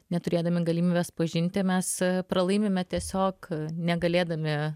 neturėdami galimybės pažinti mes pralaimime tiesiog negalėdami